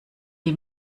die